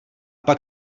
pak